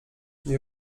nie